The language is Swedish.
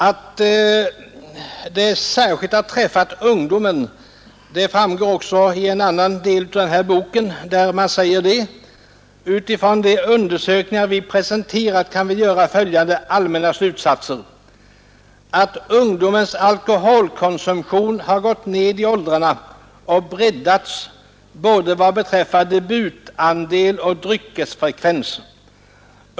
Att ungdomen blivit särskilt träffad framgår också av en annan del av boken Ungdom Alkohol, där det heter: ”Utifrån de undersökningar vi presenterat kan vi göra följande allmänna slutsatser att ungdomens alkoholkonsumtion har gått ned i åldrarna och breddats både vad beträffar debutandel och dryckesfrekvens.